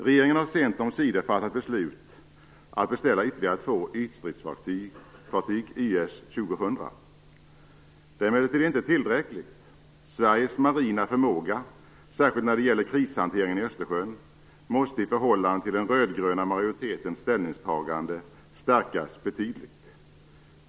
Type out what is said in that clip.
Regeringen har sent omsider fattat beslut om att beställa ytterligare två ytstridsfartyg, YS 2000. Det är emellertid inte tillräckligt. Sveriges marina förmåga, särskilt när det gäller krishanteringen kring Östersjön, måste i förhållande till den röd-gröna majoritetens ställningstagande stärkas betydligt.